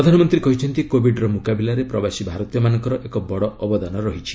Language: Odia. ପ୍ରଧାନମନ୍ତ୍ରୀ କହିଛନ୍ତି କୋବିଡ୍ର ମୁକାବିଲାରେ ପ୍ରବାସୀ ଭାରତୀମାନଙ୍କର ଏକ ବଡ଼ ଅବଦାନ ରହିଛି